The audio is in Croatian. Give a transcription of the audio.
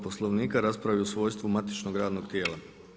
Poslovnika raspravio u svojstvu matičnog radnog tijela.